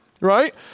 right